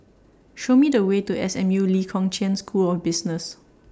Show Me The Way to S M U Lee Kong Chian School of Business